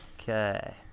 okay